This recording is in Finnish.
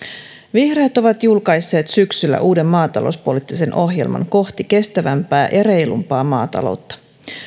vihreät ovat julkaisseet syksyllä uuden maatalouspoliittisen ohjelman kohti kestävämpää ja reilumpaa maataloutta